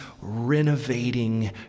renovating